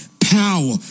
power